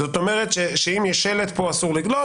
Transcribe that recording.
זאת אומרת שאם יש שלט "פה אסור לגלוש",